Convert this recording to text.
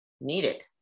needed